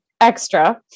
Extra